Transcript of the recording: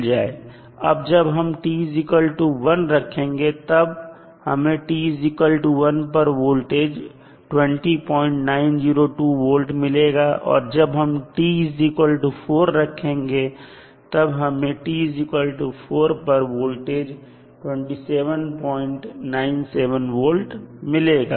अब जब हम t1 रखेंगे तब हमें t1 पर वोल्टेज 20902 volt मिलेगा और जब हम t4 रखेंगे तब हमें t4 पर वोल्टेज 2797 volt मिलेगा